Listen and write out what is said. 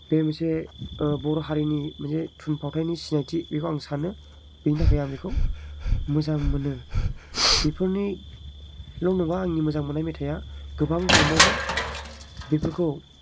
बे मोनसे बर' हारिनि मोनसे थुनफावथायनि सिनायथि बेखौ आं सानो बिनि थाखाय आं बेखौ मोजां मोनो बिफोरनि नङा आंनि मोजां मोननाय मेथाया गोबां दंबावोमोन बेफोरखौ